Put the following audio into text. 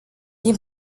din